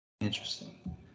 Interesting